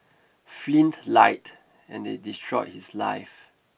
Flynn lied and they destroyed his life